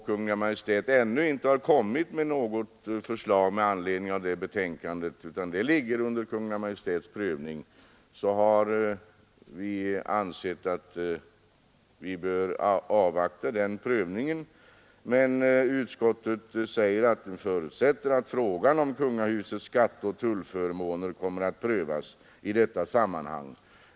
Kungl. Maj:t har ännu inte lagt fram något förslag med anledning av detta betänkande, och vi har ansett att vi bör avvakta Kungl. Maj:ts prövning av frågan. Vi skriver dock i betänkandet att vi förutsätter att frågan om kungahusets skatteoch tullförmåner kommer att prövas i detta sammanhang.